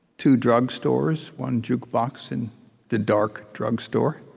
two drugstores, one jukebox in the dark drugstore,